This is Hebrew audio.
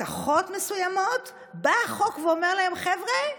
הבטחות מסוימות, בא החוק ואומר להם: חבר'ה,